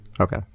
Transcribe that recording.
Okay